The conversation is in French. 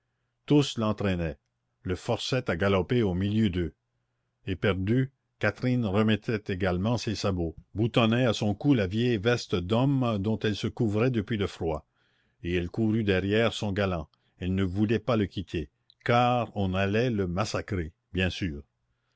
tous l'entraînaient le forçaient à galoper au milieu d'eux éperdue catherine remettait également ses sabots boutonnait à son cou la vieille veste d'homme dont elle se couvrait depuis le froid et elle courut derrière son galant elle ne voulait pas le quitter car on allait le massacrer bien sûr